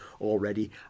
already